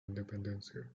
independencia